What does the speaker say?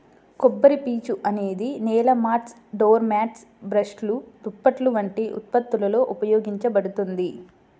కొబ్బరిపీచు అనేది నేల మాట్స్, డోర్ మ్యాట్లు, బ్రష్లు, దుప్పట్లు వంటి ఉత్పత్తులలో ఉపయోగించబడుతుంది